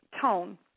tone